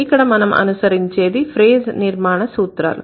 ఇక్కడ మనం అనుసరించేది ఫ్రేజ్ నిర్మాణ సూత్రాలు